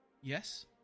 Yes